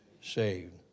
saved